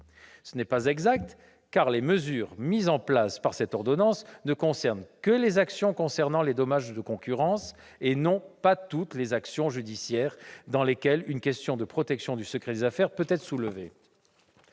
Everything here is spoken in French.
Ce n'est pas exact. En effet, les mesures mises en place par cette ordonnance ne concernent que les actions en matière de dommages de concurrence, et non pas toutes les actions judiciaires pour lesquelles une question de protection du secret des affaires peut être soulevée.